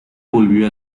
volvió